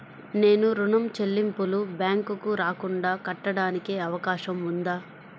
నేను ఋణం చెల్లింపులు బ్యాంకుకి రాకుండా కట్టడానికి అవకాశం ఉందా?